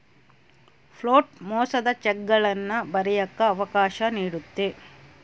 float ಮೋಸದ ಚೆಕ್ಗಳನ್ನ ಬರಿಯಕ್ಕ ಅವಕಾಶ ನೀಡುತ್ತೆ